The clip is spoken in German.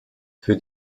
für